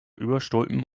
überstülpen